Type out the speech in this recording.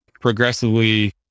progressively